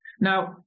Now